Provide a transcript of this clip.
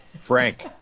Frank